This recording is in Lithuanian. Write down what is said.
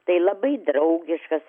tai labai draugiškas